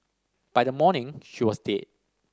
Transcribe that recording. by the morning she was dead